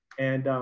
and